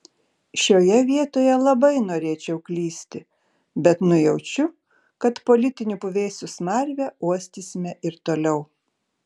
šioje vietoje labai norėčiau klysti bet nujaučiu kad politinių puvėsių smarvę uostysime ir toliau